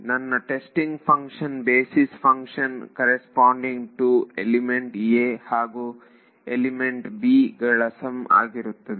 ನನ್ನ testing function basis function corresponding to element 'a' ಹಾಗೂ element 'b' ಗಳ sum ಆಗಿರುತ್ತದೆ